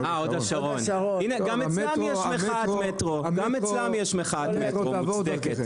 אנחנו מדברים על רעננה, והם מרעננה?